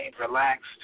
relaxed